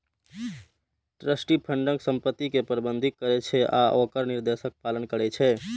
trustee फंडक संपत्ति कें प्रबंधित करै छै आ ओकर निर्देशक पालन करै छै